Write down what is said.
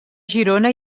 girona